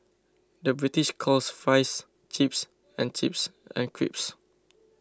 the British calls Fries Chips and chips and crisps